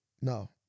No